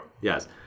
Yes